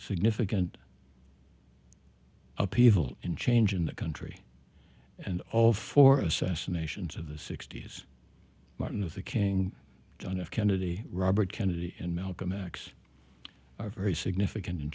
significant upheaval in change in the country and all four assassinations of the sixty's martin luther king john f kennedy robert kennedy and malcolm x are very significant